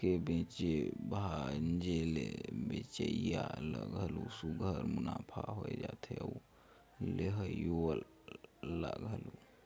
के बेचे भांजे ले बेंचइया ल घलो सुग्घर मुनाफा होए जाथे अउ लेहोइया ल घलो